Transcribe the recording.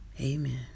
Amen